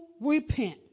repent